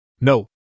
No